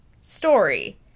story